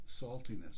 saltiness